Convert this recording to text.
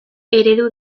eredu